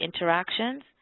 interactions